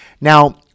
Now